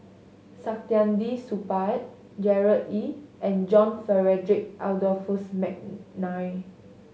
Saktiandi Supaat Gerard Ee and John Frederick Adolphus McNair